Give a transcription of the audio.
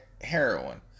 heroin